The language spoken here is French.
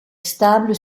stable